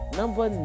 number